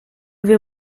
wir